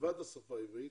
מלבד השפה העברית,